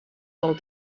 del